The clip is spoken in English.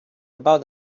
about